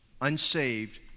unsaved